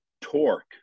torque